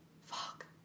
Fuck